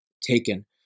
taken